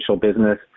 business